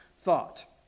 thought